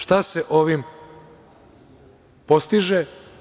Šta se ovim postiže?